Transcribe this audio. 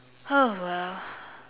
oh well